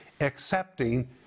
accepting